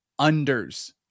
unders